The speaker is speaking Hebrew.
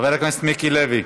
חבר הכנסת מיקי לוי,